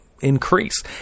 increase